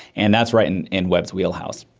and that's right in in webb's wheelhouse.